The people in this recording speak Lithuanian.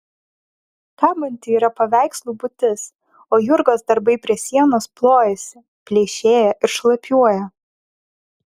kabanti yra paveikslų būtis o jurgos darbai prie sienos plojasi pleišėja ir šlapiuoja